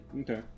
okay